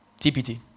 TPT